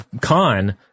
con